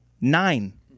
nine